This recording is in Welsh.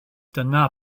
dyna